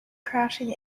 crashing